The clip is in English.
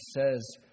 says